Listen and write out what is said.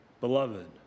Beloved